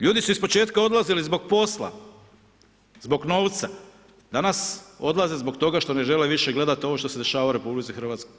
Ljudi su ispočetka odlazili zbog posla, zbog novca, danas odlaze zbog toga što ne žele više gledat ovo što se dešava u RH.